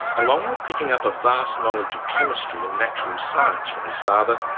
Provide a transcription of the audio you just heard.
along with picking up a vast knowledge of chemistry and natural science from his father,